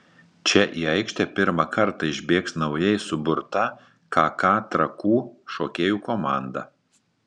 čia į aikštę pirmą kartą išbėgs naujai suburta kk trakų šokėjų komanda